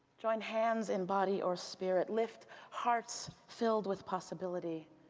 join hands in body or spirit. lift hearts filled with possibility.